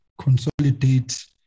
consolidate